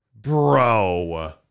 Bro